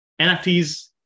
NFTs